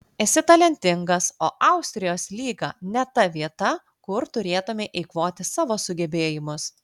esi talentingas o austrijos lyga ne ta vieta kur turėtumei eikvoti savo sugebėjimus